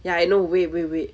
ya I know wait wait wait